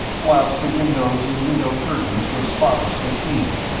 whilst the windows and the window curtains were spotlessly clean.